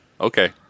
Okay